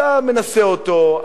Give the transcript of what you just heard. אתה מנסה אותו,